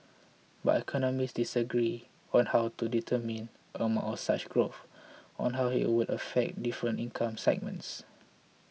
but economists disagree on how to determine of such growth or how it would affect different income segments